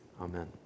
amen